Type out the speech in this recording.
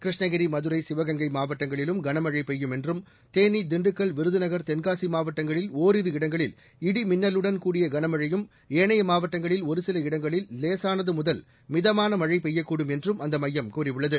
கிருஷ்ணகிரி மதுரை சிவகங்கை மாவட்டங்களிலும கனமழை பெய்யும் என்றும் தேனி திண்டுக்கல் விருதுநகர் தென்காசி மாவட்டங்களில் ஓரிரு இடங்களில் இடிமின்னலுடன் கூடிய களமழையும் ஏனைய மாவட்டங்களில் ஒருசில இடங்களில் லேசானது முதல் மிதமான மழை பெய்யக்கூடும் என்றும் அந்த மையம் கூறியுள்ளது